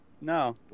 No